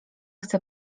chcę